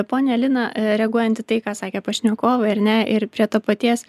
ponia lina reaguojant į tai ką sakė pašnekovai ar ne ir prie to paties